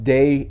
Day